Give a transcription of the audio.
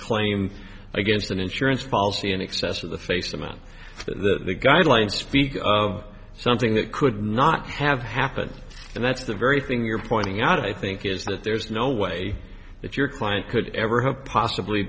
claim against an insurance policy in excess of the face of the guidelines speak of something that could not have happened and that's the very thing you're pointing out i think is that there's no way that your client could ever have possibly